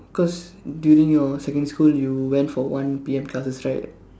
cause during your secondary school you went for one P_M classes right